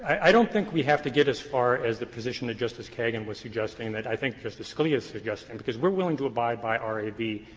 i don't think we have to get as far as the position that justice kagan was suggesting, that i think justice scalia is suggesting, because we're willing to abide by r a v.